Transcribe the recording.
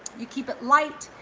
you keep it light,